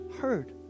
heard